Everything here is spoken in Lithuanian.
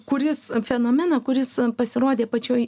kuris fenomeną kuris pasirodė pačioj